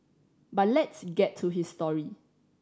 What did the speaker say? but let's get to his story